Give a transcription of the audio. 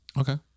Okay